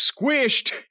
squished